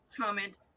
comment